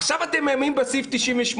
עכשיו אתם מאיימים בסעיף 98